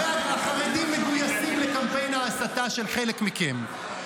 הרי החרדים מגויסים לקמפיין ההסתה של חלק מכם.